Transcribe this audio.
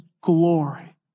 glory